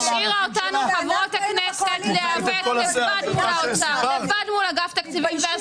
השאירה אותנו חברות הכנסת להיאבק לבד מול האוצר ומול אגף התקציבים.